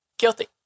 Guilty